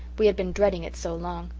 we had been dreading it so long.